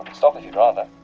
stop if you'd rather.